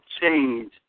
change